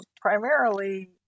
primarily